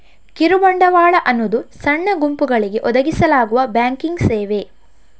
ಕಿರು ಬಂಡವಾಳ ಅನ್ನುದು ಸಣ್ಣ ಗುಂಪುಗಳಿಗೆ ಒದಗಿಸಲಾಗುವ ಬ್ಯಾಂಕಿಂಗ್ ಸೇವೆ